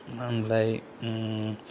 मा होनोमोनलाय